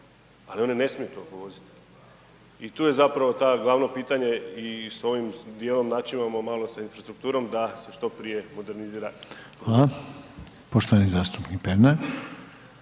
ali one ne smiju tolko vozit i tu je zapravo ta, glavno pitanje i s ovim dijelom načimamo malo sa infrastrukturom da se što prije modernizira. **Reiner, Željko (HDZ)** Hvala, poštovani zastupnik Pernar.